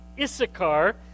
Issachar